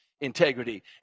integrity